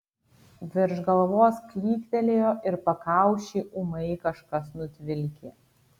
virš galvos klyktelėjo ir pakaušį ūmai kažkas nutvilkė